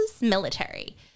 military